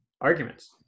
arguments